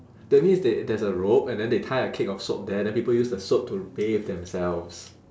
that means they there's a rope and then they tie a cake of soap there then people use the soap to bathe themselves